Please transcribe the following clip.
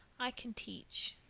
i can teach.